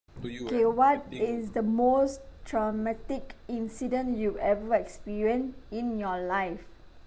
K what is the most traumatic incident you ever experience in your life